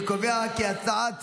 אני קובע כי הצעת